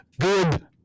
good